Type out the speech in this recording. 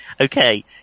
Okay